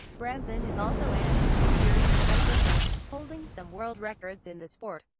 branson is also an experienced kitesurfer, holding some world records in the sport.